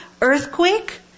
earthquake